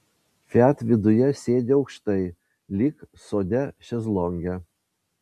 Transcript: fiat viduje sėdi aukštai lyg sode šezlonge